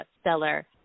stellar